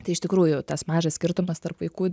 tai iš tikrųjų tas mažas skirtumas tarp vaikų